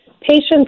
patients